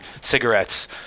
cigarettes